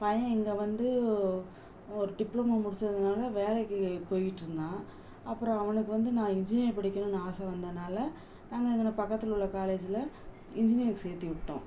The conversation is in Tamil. பையன் இங்கே வந்து ஒரு டிப்ளமோ முடிச்சதனால வேலைக்கு போயிகிட்டிருந்தான் அப்புறம் அவனுக்கு வந்து நான் இன்ஜினியரிங் படிக்கணும்னு ஆசை வந்ததனால நாங்கள் இங்கன பக்கத்தில் உள்ள காலேஜ்ல இன்ஜினியரிங் சேர்த்திவிட்டோம்